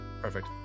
Perfect